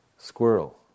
squirrel